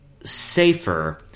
safer